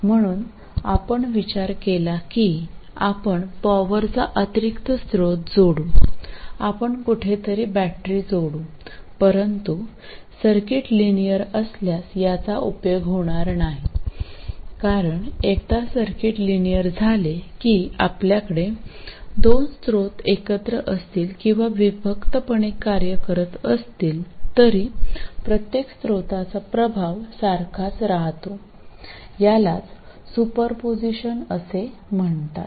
म्हणून आपण विचार केला की आपण पॉवरचा अतिरिक्त स्रोत जोडू आपण कुठेतरी बॅटरी जोडू परंतु सर्किट लिनियर असल्यास याचा उपयोग होणार नाही कारण एकदा सर्किट लिनियर झाले की आपल्याकडे दोन स्त्रोत एकत्र असतील किंवा विभक्तपणे कार्य करत असतील तरी प्रत्येक स्रोताचा प्रभाव सारखाच राहतो यालाच सुपरपोजिशन असे म्हणतात